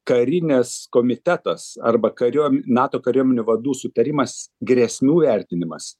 karinės komitetas arba kariuo nato kariuomenių vadų sutarimas grėsmių vertinimas